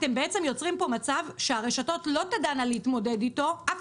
אתם בעצם יוצרים פה מצב שהרשתות לא תדענה להתמודד איתו ואף